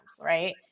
right